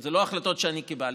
אלה לא החלטות שאני קיבלתי,